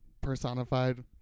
personified